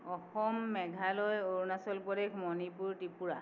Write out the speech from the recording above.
Assam Meghalaya Arunachal Pradesh Manipur Tripura